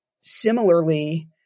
Similarly